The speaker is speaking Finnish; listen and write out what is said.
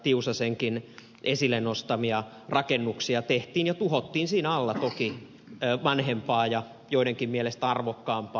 tiusasenkin esille nostamia rakennuksia tehtiin ja tuhottiin siinä alla toki vanhempaa ja joidenkin mielestä arvokkaampaa